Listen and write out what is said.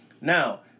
Now